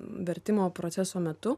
vertimo proceso metu